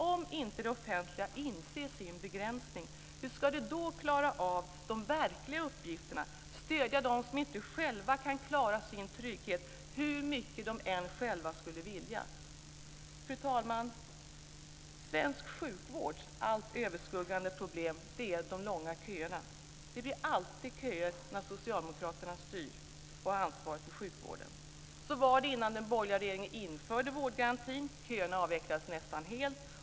Om det offentliga inte inser sin begränsning, hur ska vi då klara av de verkliga uppgifterna - att stödja dem som inte själva kan klara sin trygghet, hur mycket de än själva skulle vilja? Fru talman! Svensk sjukvårds allt överskuggande problem är de långa köerna. Det blir alltid köer när Socialdemokraterna styr och har ansvaret för sjukvården. Så var det innan den borgerliga regeringen införde vårdgarantin. Köerna avvecklades nästan helt.